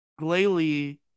Glalie